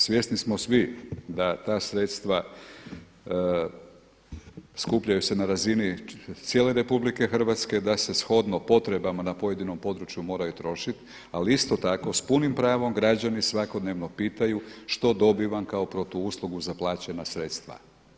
Svjesni smo svi da ta sredstva skupljaju se na razini cijele RH da se shodno potrebama na pojedinom području mora i trošiti, ali isto tako s punim pravom građani svakodnevno pitanju što dobivam kao protuuslugu za plaćena sredstva.